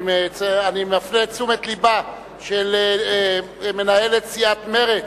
אני מפנה את תשומת לבה של מנהלת סיעת מרצ,